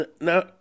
now